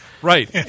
Right